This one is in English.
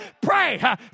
Pray